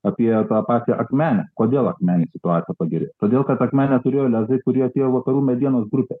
apie tą pačią akmenę kodėl akmenės situacija pagerėjo todėl kad akmenė turėjo lezą į kurį atėjo vakarų medienos grupė